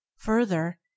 further